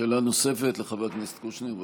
שאלה נוספת לחבר הכנסת קושניר.